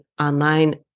online